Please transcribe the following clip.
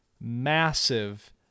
massive